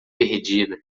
perdida